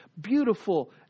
beautiful